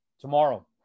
tomorrow